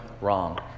wrong